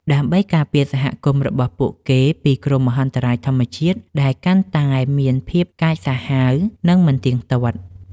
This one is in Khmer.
ដើម្បីការពារសហគមន៍របស់ពួកគេពីគ្រោះមហន្តរាយធម្មជាតិដែលកាន់តែមានភាពកាចសាហាវ និងមិនទៀងទាត់។